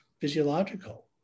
physiological